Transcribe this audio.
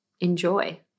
enjoy